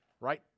right